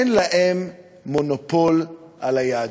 אין להם מונופול על היהדות.